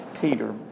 Peter